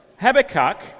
Habakkuk